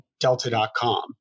Delta.com